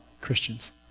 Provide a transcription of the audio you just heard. Christians